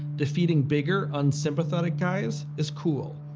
defeating bigger, unsympathetic guys is cool.